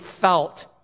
felt